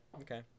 okay